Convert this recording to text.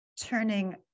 turning